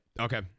Okay